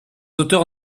auteurs